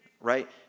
right